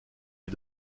est